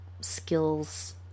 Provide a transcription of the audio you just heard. skills